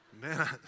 Man